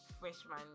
freshman